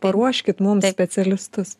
paruoškit mums specialistus